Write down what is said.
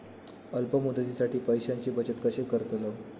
अल्प मुदतीसाठी पैशांची बचत कशी करतलव?